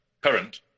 current